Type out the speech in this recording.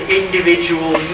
individual